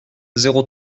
zéro